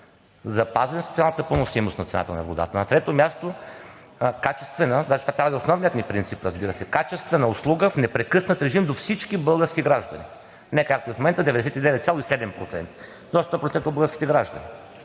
Запазване на социалната поносимост на цената на водата! На трето място, качествена – даже това трябва да е основният ни принцип, разбира се – качествена услуга в непрекъснат режим до всички български граждани, не както е в момента 99,7% достъп до българските граждани.